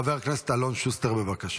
חבר הכנסת אלון שוסטר, בבקשה.